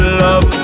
love